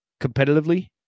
competitively